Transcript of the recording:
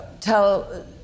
Tell